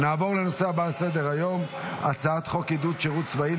נעבור לנושא הבא על סדר-היום הצעת חוק עידוד שירות צבאי,